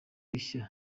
ishya